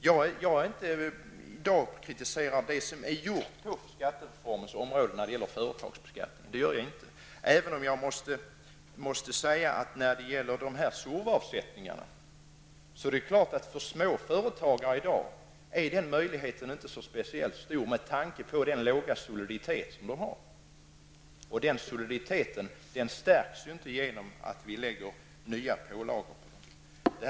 Jag vill inte i dag kritisera det som gjorts inom ramen för skattereformen när det gäller företagsbeskattningen. Det gör jag heller inte. Men möjligheten till SURV-avsättningar är för små företagare i dag inte speciellt stor med tanke på den låga soliditet de har. Den soliditeten stärks inte genom att vi lägger nya pålagor på dem.